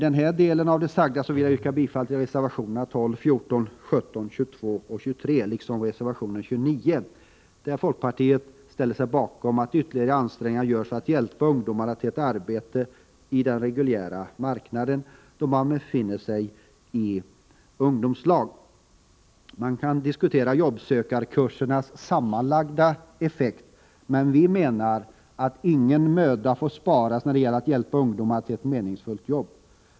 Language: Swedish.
Därmed vill jag yrka bifall till reservationerna 12, 14, 17, 22 och 23 liksom till reservation 29, där folkpartiet ställer sig bakom att ytterligare ansträngningar görs för att hjälpa ungdomar i ungdomslag till ett arbete på den reguljära marknaden. Man kan diskutera jobbsökarkursernas sammanlagda effekt, men vi menar att ingen möda får sparas när det gäller att hjälpa ungdomarna till ett meningsfullt arbete.